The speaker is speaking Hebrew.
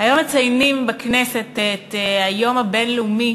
היום מציינים בכנסת את היום הבין-לאומי